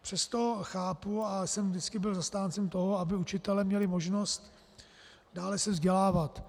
Přesto chápu, a já jsem vždycky byl zastáncem toho, aby učitelé měli možnost dále se vzdělávat.